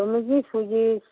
তুমি কি সুজিস